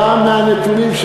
גם מהנתונים,